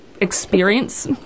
experience